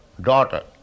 daughter